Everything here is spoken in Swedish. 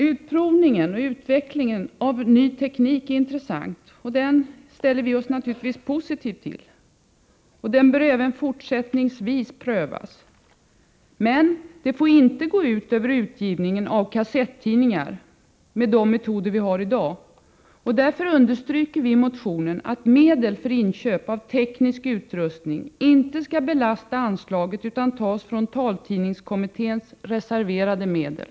Utprovningen av ny teknik är intressant, och den ställer vi oss naturligtvis positiva till. Den bör även fortsättningsvis prövas. Men detta får inte gå ut över utgivningen av kassettidningar med de metoder vi har i dag. Därför understryker vi i motionen att medel för inköp av teknisk utrustning inte skall belasta anslaget utan tas från taltidningskommitténs reserverade medel.